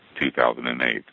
2008